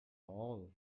all